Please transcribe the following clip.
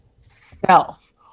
self